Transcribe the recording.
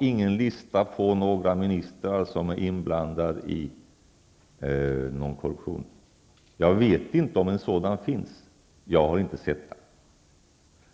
inte har någon lista på några ministrar som är inblandade i korruption. Jag vet inte om en sådan lista finns; jag har inte sett den.